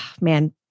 man